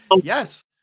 Yes